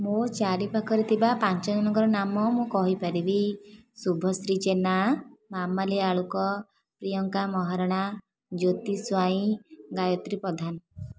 ମୋ ଚାରି ପାଖରେ ଥିବା ପାଞ୍ଚ ଜଣଙ୍କ ନାମ ମୁଁ କହିପାରିବି ଶୁଭଶ୍ରୀ ଜେନା ମାମାଲି ଆଳୁକ ପ୍ରିୟଙ୍କା ମହାରଣା ଜ୍ୟୋତି ସ୍ୱାଇଁ ଗାୟତ୍ରୀ ପ୍ରଧାନ